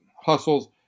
hustles